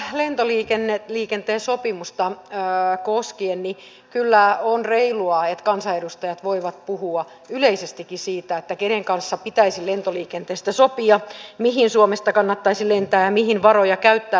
ajattelin että lentoliikenteen sopimusta koskien tässä kyllä on reilua että kansanedustajat voivat puhua yleisestikin siitä kenen kanssa pitäisi lentoliikenteestä sopia mihin suomesta kannattaisi lentää ja mihin varoja käyttää